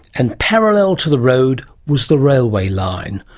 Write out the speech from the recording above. and parallel to the road was the railway line,